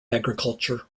agriculture